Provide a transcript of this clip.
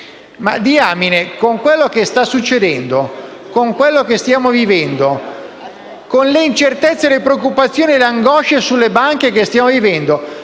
Ma diamine, con quello che sta succedendo e che stiamo vivendo, con le incertezze, le preoccupazioni e le angosce sulle banche che stiamo vivendo,